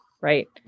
right